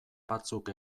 batzuk